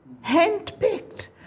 hand-picked